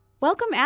Welcome